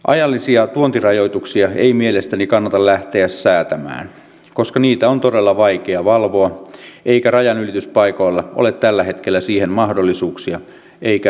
ajallisia tuontirajoituksia ei mielestäni kannata lähteä säätämään koska niitä on todella vaikea valvoa eikä rajanylityspaikoilla ole tällä hetkellä siihen mahdollisuuksia eikä resursseja